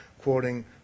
quoting